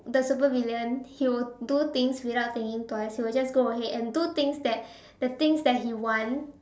the supervillain he will do things without thinking twice he will just go ahead and do things that the things that he want